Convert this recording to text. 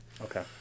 Okay